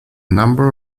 number